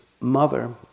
mother